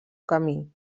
camí